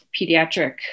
pediatric